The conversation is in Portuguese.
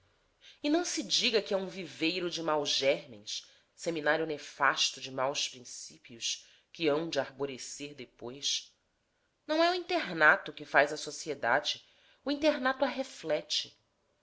e não se diga que é um viveiro de maus germens seminário nefasto de maus princípios que hão de arborescer depois não é o internato que faz a sociedade o internato a reflete